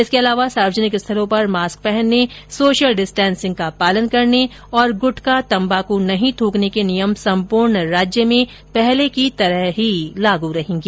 इसके अलावा सार्वजनिक स्थलों पर मास्क पहनने सोशल डिस्टेन्सिंग का पालन करने और गुटखा तंबाकू न थूकने के नियम सम्पूर्ण राज्य में पहले की तरह ही लागू रहेंगे